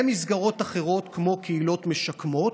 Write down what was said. למסגרות אחרות כמו קהילות משקמות,